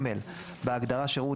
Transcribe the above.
בהגדרה "שירות",